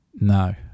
no